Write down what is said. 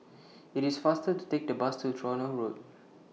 IT IS faster to Take The Bus to Tronoh Road